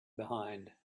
behind